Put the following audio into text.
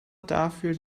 dafür